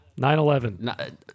9-11